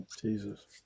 Jesus